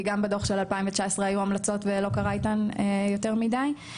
כי גם בדוח של 2019 היו המלצות ולא קרה איתן יותר מידי.